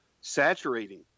saturating